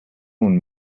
nun